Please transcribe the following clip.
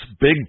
Big